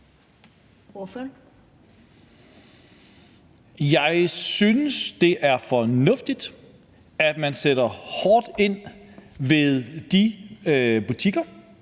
Jeg synes, det er fornuftigt, at man sætter hårdt ind over for de butikker,